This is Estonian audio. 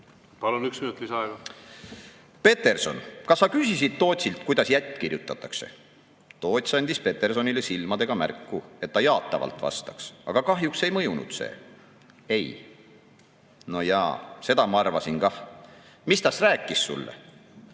Palun, üks minut lisaaega! ""Peterson, kas sa küsisid Tootsilt, kuidas jätt kirjutatakse?"Toots andis Petersonile silmadega märku, et ta jaatavalt vastaks, aga kahjuks ei mõjunud see."Ei.""Nojaa, seda ma arvasin kah. Mis ta's rääkis